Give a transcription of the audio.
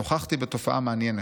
"נוכחתי בתופעה מעניינת: